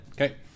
Okay